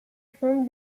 from